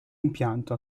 impianto